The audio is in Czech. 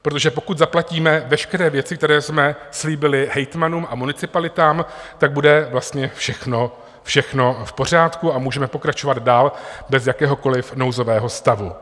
Protože pokud zaplatíme veškeré věci, které jsme slíbili hejtmanům a municipalitám, tak bude vlastně všechno v pořádku a můžeme pokračovat dál bez jakéhokoliv nouzového stavu.